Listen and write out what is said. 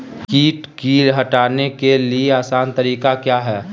किट की हटाने के ली आसान तरीका क्या है?